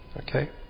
Okay